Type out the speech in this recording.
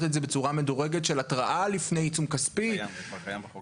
את זה בצורה מדורגת של התרעה לפני עיצום כספי וכו'.